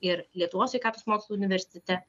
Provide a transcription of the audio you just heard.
ir lietuvos sveikatos mokslų universitete